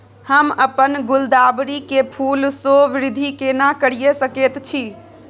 हम अपन गुलदाबरी के फूल सो वृद्धि केना करिये सकेत छी?